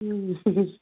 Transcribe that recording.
ꯎꯝ